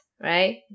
right